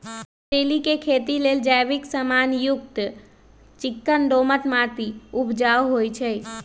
कसेलि के खेती लेल जैविक समान युक्त चिक्कन दोमट माटी उपजाऊ होइ छइ